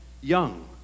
Young